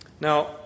Now